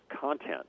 content